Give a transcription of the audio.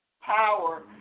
power